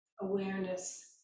awareness